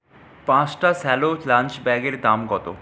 পাঁচ টা Cello lunch ব্যাগের এর দাম কত